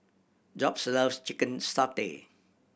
Jobe's loves chicken satay